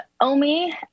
Omi